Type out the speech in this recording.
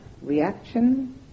reaction